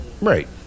Right